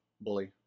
Bully